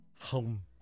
Home